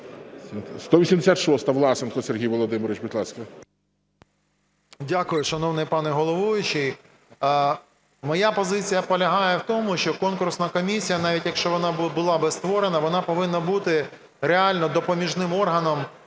186-а, Власенко Сергій Володимирович, будь ласка. 12:35:10 ВЛАСЕНКО С.В. Дякую, шановний пане головуючий. Моя позиція полягає в тому, що конкурсна комісія, навіть якщо вона була б створена, вона повинна бути реально допоміжним органом,